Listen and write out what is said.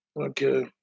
okay